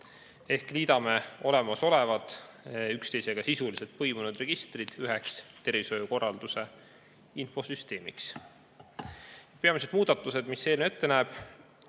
siis liidame olemasolevad üksteisega sisuliselt põimunud registrid üheks tervishoiukorralduse infosüsteemiks. Peamised muudatused, mida eelnõu ette näeb,